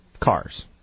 cars